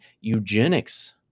eugenics